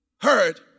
heard